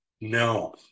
no